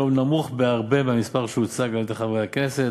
הרי הוא נמוך בהרבה מהמספר שהוצג על-ידי חברי הכנסת.